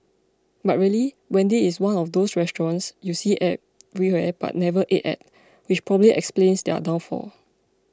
but really Wendy's is one of those restaurants you see everywhere but never ate at which probably explains their downfall